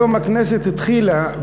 היום הכנסת התחילה,